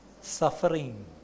suffering